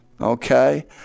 Okay